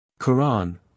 Quran